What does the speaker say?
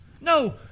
No